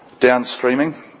Downstreaming